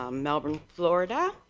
um melbourne glory. and,